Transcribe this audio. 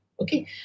Okay